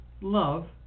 Love